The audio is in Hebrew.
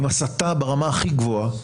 עם הסתה ברמה הכי גבוהה,